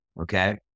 okay